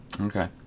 Okay